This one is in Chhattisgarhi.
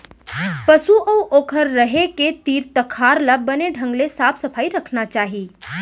पसु अउ ओकर रहें के तीर तखार ल बने ढंग ले साफ सफई रखना चाही